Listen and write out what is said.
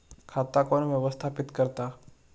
खाता कोण व्यवस्थापित करता?